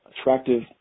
attractive